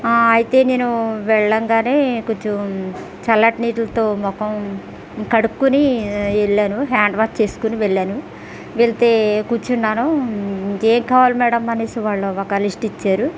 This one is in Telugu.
అయితే నేను వెళ్ళగానే కొంచెం చల్లని నీటిలతో ముఖం కడుక్కొని వెళ్ళాను హ్యాండ్ వాష్ చేసుకుని వెళ్ళాను వెళ్తే కూర్చున్నాను ఏమి కావాలి మేడం అనేసి వాళ్ళు ఒక లిస్టు ఇచ్చారు